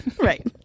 Right